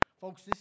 Folks